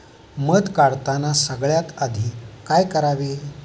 मध काढताना सगळ्यात आधी काय करावे?